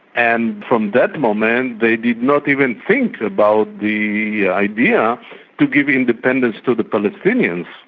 and from that moment, they did not even think about the yeah idea to give independence to the palestinians.